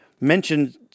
mentioned